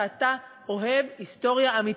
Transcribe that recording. שאתה אוהב היסטוריה אמיתי.